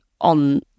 on